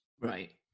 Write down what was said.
Right